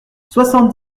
soixante